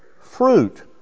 fruit